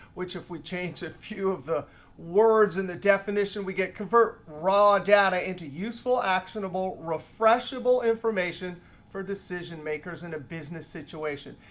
which if we change a few of the words in the definition, we get convert raw data into useful, actionable, refreshable information for decision makers in a business situation.